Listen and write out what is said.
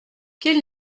quelle